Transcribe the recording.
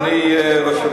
לא,